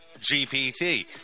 GPT